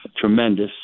tremendous